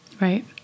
Right